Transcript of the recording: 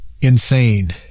insane